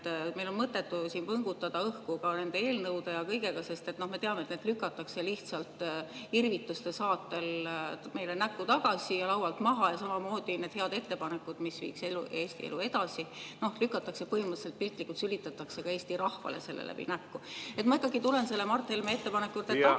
Meil on mõttetu võngutada õhku ka nende eelnõude ja kõige muuga, sest me teame, et need lükatakse lihtsalt irvituste saatel meile näkku tagasi ja laualt maha. Ja samamoodi head ettepanekud, mis viiks Eesti elu edasi, lükatakse põhimõtteliselt tagasi, piltlikult sülitatakse ka Eesti rahvale selle läbi näkku. Ma ikkagi tulen tagasi Mart Helme ettepaneku juurde,